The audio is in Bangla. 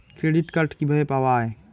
ক্রেডিট কার্ড কিভাবে পাওয়া য়ায়?